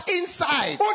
inside